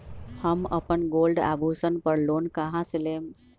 हम अपन गोल्ड आभूषण पर लोन कहां से लेम?